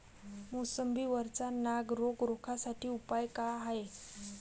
मोसंबी वरचा नाग रोग रोखा साठी उपाव का हाये?